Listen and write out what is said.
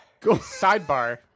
Sidebar